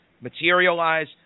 materialize